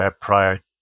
prior